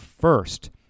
first